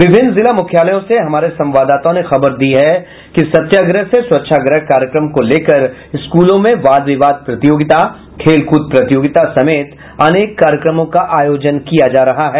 विभिन्न जिला मुख्यालयों से हमारे संवाददाताओं ने खबर दी है कि सत्याग्रह से स्वच्छाग्रह कार्यक्रम को लेकर स्कूलों में वाद विवाद प्रतियोगिता खेल कूद प्रतियोगिता समेत अनेक कार्यक्रमों का आयोजन किया जा रहा है